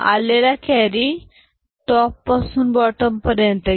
आलेला carry top पासून bottom पर्यंत घेऊया